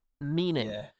meaning